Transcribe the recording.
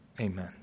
Amen